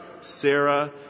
Sarah